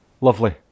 lovely